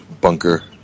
bunker